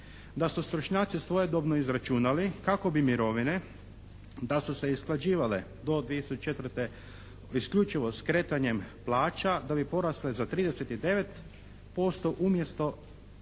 da su stručnjaci svojedobno izračunali kako bi mirovine da su se isplaćivale do 2004. isključivo skretanjem plaća, da bi porasle za 39% umjesto